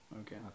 Okay